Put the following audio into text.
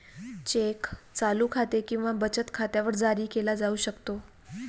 check चालू खाते किंवा बचत खात्यावर जारी केला जाऊ शकतो